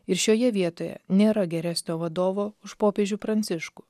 ir šioje vietoje nėra geresnio vadovo už popiežių pranciškų